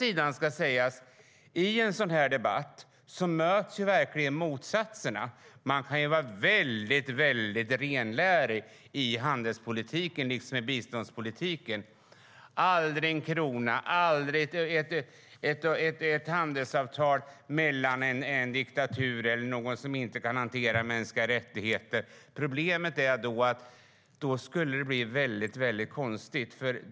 I en sådan här debatt möts verkligen motsatserna. Man kan vara mycket renlärig i handelspolitiken liksom i biståndspolitiken; aldrig en krona eller ett handelsavtal med en diktatur eller någon som inte kan hantera mänskliga rättigheter. Problemet är att en hel del skulle bli konstigt.